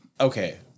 Okay